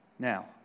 Now